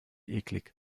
eklig